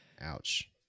Ouch